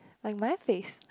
like my face